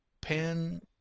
pen